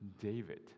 David